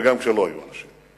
וגם כשלא היו אנשים,